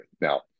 Now